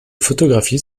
photographies